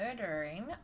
murdering